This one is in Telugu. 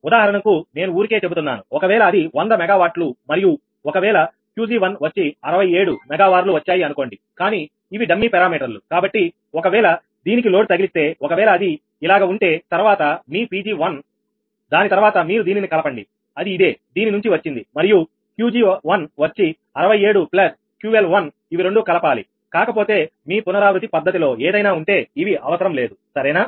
ఉదాహరణకు నేను ఊరికే చెబుతున్నాను ఒకవేళ అది 100 మెగావాట్లు మరియు ఒకవేళ 𝑄𝑔1 వచ్చి 67 మెగావార్ లు వచ్చాయి అనుకోండి కానీ ఇవి డమ్మీ పారామీటర్ లుకాబట్టి ఒకవేళ దీనికి లోడ్ తగిలిస్తే ఒకవేళ అది ఇలాగ ఉంటే తర్వాత మీ 𝑃𝑔1 దాని తర్వాత మీరు దీనిని కలపండి అది ఇదే దీని నుంచి వచ్చింది మరియు 𝑄𝑔1 వచ్చి 67 𝑄𝐿1ఇవి రెండూ కలపాలి కాకపోతే మీ పునరావృత్తి పద్ధతిలో ఏదైనా ఉంటే ఇవి అవసరం లేదు సరేనా